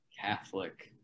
Catholic